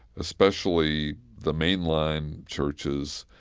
especially the mainline churches,